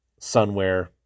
sunwear